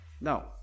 Now